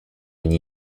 une